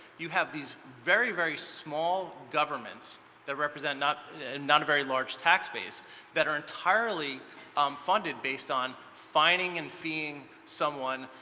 you have these very very small governments that represent not a very large tax base that are entirely funded based on finding and feeing someone.